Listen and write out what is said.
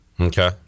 Okay